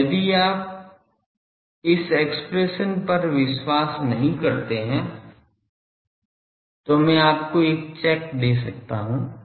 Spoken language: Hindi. अब यदि आप इस एक्सप्रेशन पर विश्वास नहीं करते हैं तो मैं आपको एक चेक दे सकता हूं